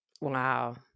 Wow